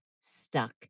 stuck